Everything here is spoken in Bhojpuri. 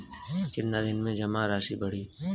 कितना दिन में जमा राशि बढ़ी?